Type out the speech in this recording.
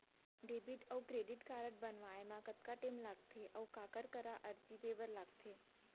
Debit अऊ credit card बनवाए मा कतका टेम लगथे, अऊ काखर करा अर्जी दे बर लगथे?